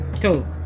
Cool